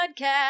Podcast